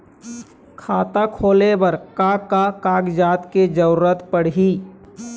खाता खोले बर का का कागजात के जरूरत पड़ही?